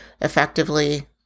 effectively